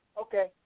Okay